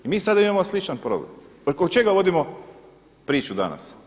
I mi sada imamo sličan program, preko čega vodimo priču danas.